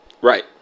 Right